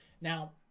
Now